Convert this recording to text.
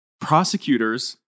prosecutors